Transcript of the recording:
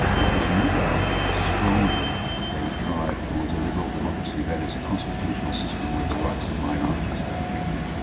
it was never strongly a drive towards a liberal democracy, that is, a constitutional system where the rights of minorities are protected,